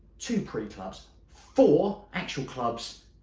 two pre-clubs, four actual clubs,